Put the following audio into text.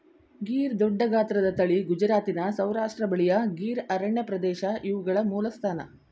ಗೀರ್ ದೊಡ್ಡಗಾತ್ರದ ತಳಿ ಗುಜರಾತಿನ ಸೌರಾಷ್ಟ್ರ ಬಳಿಯ ಗೀರ್ ಅರಣ್ಯಪ್ರದೇಶ ಇವುಗಳ ಮೂಲಸ್ಥಾನ